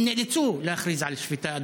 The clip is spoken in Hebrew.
הם נאלצו להכריז על שביתה,